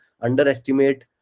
underestimate